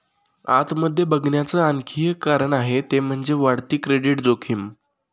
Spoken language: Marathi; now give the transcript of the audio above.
आत मध्ये बघण्याच आणखी एक कारण आहे ते म्हणजे, वाढती क्रेडिट जोखीम